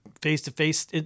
face-to-face